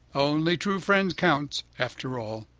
only true friends count, after all.